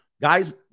guys